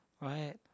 right